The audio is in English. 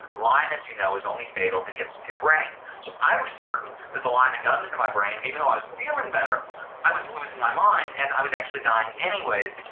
lime, as you know, is only fatal if it gets into your brain. so i was certain that the lime had gotten into my brain. even though i was feeling better i was losing my mind and i was actually dying anyways.